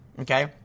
Okay